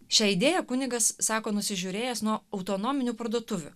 šią idėją kunigas sako nusižiūrėjęs nuo autonominių parduotuvių